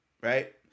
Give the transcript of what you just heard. right